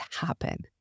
happen